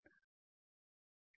దానిని శుభ్రం చేద్దాం